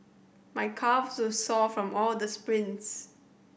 my calves is sore from all the sprints